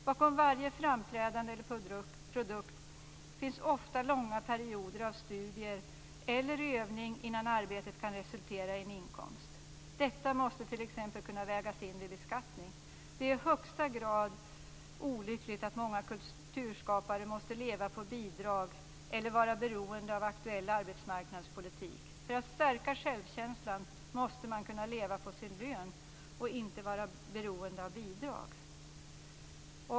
Bakom varje framträdande eller produkt finns ofta långa perioder av studier eller övning innan arbetet kan resultera i en inkomst. Detta måste t.ex. kunna vägas in vid beskattningen. Det är i högsta grad olyckligt att många kulturskapare måste leva på bidrag eller vara beroende av aktuell arbetsmarknadspolitik. För att stärka självkänslan måste man kunna leva på sin lön och inte vara beroende av bidrag.